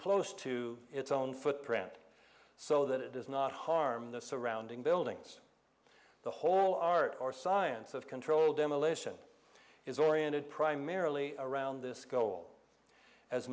close to its own footprint so that it does not harm the surrounding buildings the whole art or science of controlled demolition is oriented primarily around this goal as